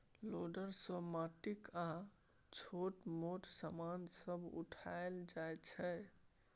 loader सँ माटि आ छोट मोट समान सब उठाएल जाइ छै